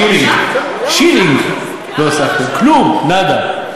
אז, גברתי, לא, שאלתי אותה לגבי הוות"ת.